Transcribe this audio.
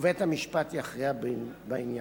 ובית-המשפט יכריע בעניין.